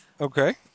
Okay